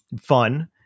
fun